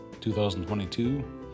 2022